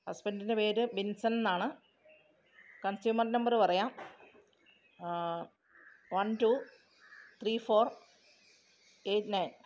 ഹസ്ബൻറ്റിൻ്റെ പേര് ബിൻസൺ എന്നാണ് consumer number പറയാം one two three four eight nine